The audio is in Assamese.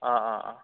অঁ অঁ অঁ